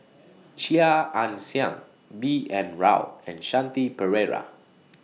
Chia Ann Siang B N Rao and Shanti Pereira